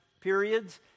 periods